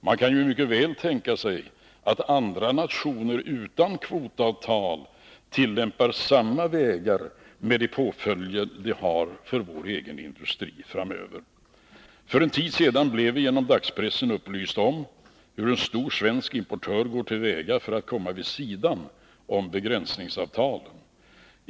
Man kan mycket väl tänka sig att andra nationer utan kvotavtal följer samma väg, med de påföljder det har för vår egen industri framöver. För en tid sedan blev vi genom dagspressen upplysta om hur en stor svensk importör går till väga för att komma vid sidan av begränsningsavtalet.